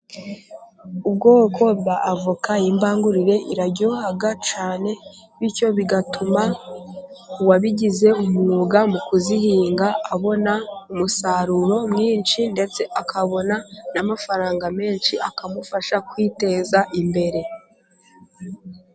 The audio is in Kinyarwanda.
Ubwoko bwa avoka y'imbangurire iraryoha cyane, bityo bigatuma uwabigize umwuga mu kuzihinga, abona umusaruro mwinshi ndetse akabona n'amafaranga menshi, akamufasha kwiteza imbere.